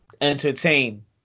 entertain